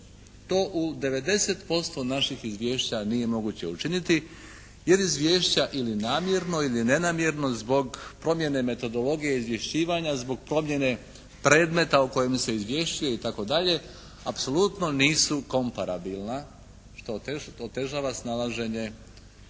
To u 90% naših izvješća nije moguće učiniti jer izvješća ili namjerno ili nenamjerno zbog promjene metodologije izvješćivanja, zbog promjene predmeta o kojem se izvješćuje i tako dalje apsolutno nisu komparabilna što otežava snalaženje